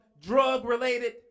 drug-related